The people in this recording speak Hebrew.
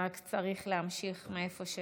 רק צריך להמשיך מאיפה שהפסקנו.